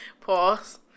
Pause